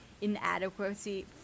inadequacy